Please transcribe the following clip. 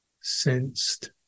sensed